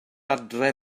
adre